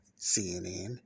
CNN